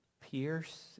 Pierce